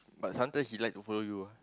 but sometimes he like to follow you ah